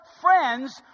friends